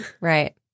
Right